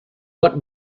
what